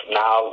now